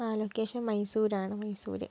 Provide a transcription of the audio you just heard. ആ ലൊക്കേഷൻ മൈസൂര് ആണ് മൈസൂര്